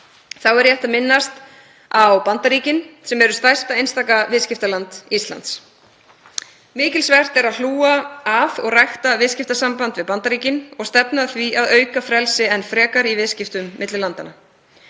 Þá er rétt að minnast á Bandaríkin, sem eru stærsta einstaka viðskiptaland Íslands. Mikilsvert er að hlúa að og rækta viðskiptasamband við Bandaríkin og stefna að því að auka frelsi í viðskiptum milli landanna.